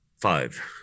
five